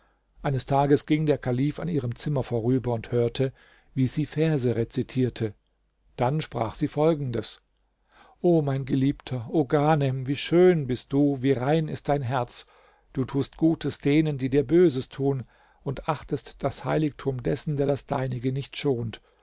eines tages ging der kalif an ihrem zimmer vorüber und hörte wie sie verse rezitierte dann sprach sie folgendes o mein geliebter o ghanem wie schön bist du wie rein ist dein herz du tust gutes denen die dir böses tun und achtest das heiligtum dessen der das deinige nicht schont